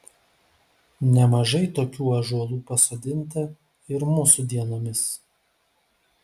nemažai tokių ąžuolų pasodinta ir mūsų dienomis